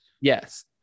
Yes